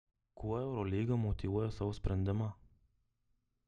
kuo eurolyga motyvuoja savo sprendimą